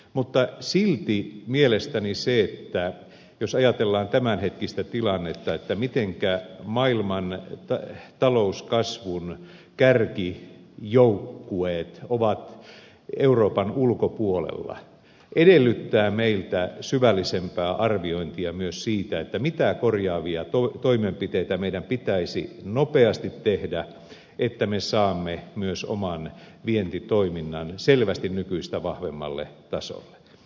mutta silti mielestäni se jos ajatellaan tämänhetkistä tilannetta mitenkä maailman talouskasvun kärkijoukkueet ovat euroopan ulkopuolella edellyttää meiltä syvällisempää arviointia myös siitä mitä korjaavia toimenpiteitä meidän pitäisi nopeasti tehdä että me saamme myös oman vientitoimintamme selvästi nykyistä vahvemmalle tasolle